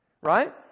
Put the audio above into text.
right